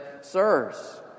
Sirs